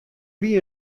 wie